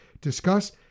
discuss